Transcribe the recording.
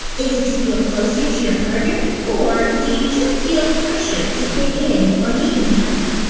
is it to feel closer to your partner or do you just feel pressured to fit in or make them happy?